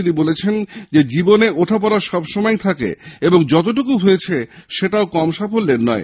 তিনি বলেন জীবনে ওঠাপড়া সবসময়ই থাকে এবং যতটুকু হয়েছে সেটাও কম সাফল্য নয়